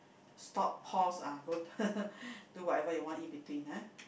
stop pause ah go do whatever you want in between ah